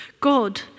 God